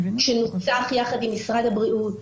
שנוסח יחד עם יועמ"ש משרד הבריאות,